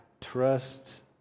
trust